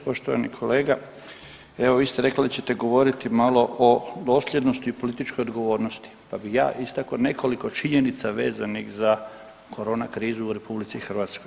Poštovani kolega, evo vi ste rekli da ćete govoriti malo o dosljednosti i o političkoj odgovornosti, pa bi ja istakao nekoliko činjenica vezanih za korona krizu u RH.